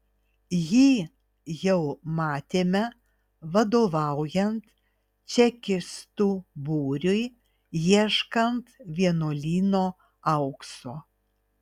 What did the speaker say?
jį jau matėme vadovaujant čekistų būriui ieškant vienuolyno aukso